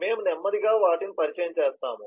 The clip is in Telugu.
మేము నెమ్మదిగా వాటిని పరిచయం చేస్తాము